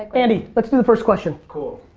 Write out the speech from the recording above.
andy, let's do the first question. cool.